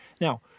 Now-